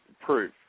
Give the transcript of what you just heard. proof